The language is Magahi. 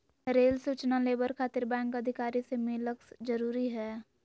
रेल सूचना लेबर खातिर बैंक अधिकारी से मिलक जरूरी है?